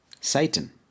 Satan